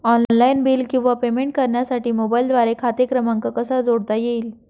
Online bill किंवा payment करण्यासाठी मोबाईलद्वारे खाते क्रमांक कसा जोडता येईल?